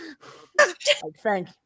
Thank